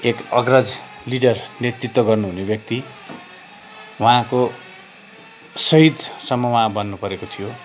एक अग्रज लिडर नेतृत्व गर्नु हुने व्यक्ति उहाँको शहीदसम्म उहाँ बन्नु परेको थियो